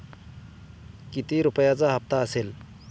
किती रुपयांचा हप्ता असेल?